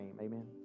Amen